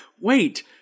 wait